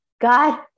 God